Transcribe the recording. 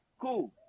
cool